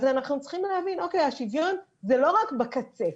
אז אנחנו צריכים להבין שהשוויון זה לא רק בקצה.